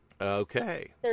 Okay